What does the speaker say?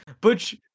Butch